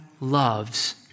loves